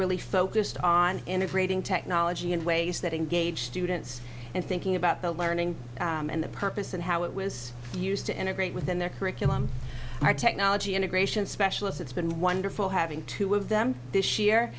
really focused on integrating technology in ways that engage students in thinking about the learning and the purpose and how it was used to integrate within their curriculum our technology integration specialists it's been wonderful having two of them this year